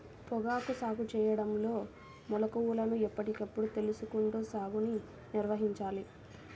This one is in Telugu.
పొగాకు సాగు చేయడంలో మెళుకువలను ఎప్పటికప్పుడు తెలుసుకుంటూ సాగుని నిర్వహించాలి